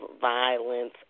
violence